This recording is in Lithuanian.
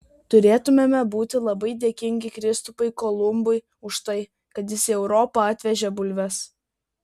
turėtumėme būti labai dėkingi kristupui kolumbui už tai kad jis į europą atvežė bulves